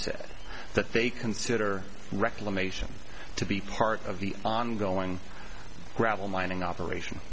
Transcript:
said that they consider reclamation to be part of the ongoing gravel mining operation